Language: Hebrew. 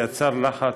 זה יצר לחץ,